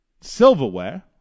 silverware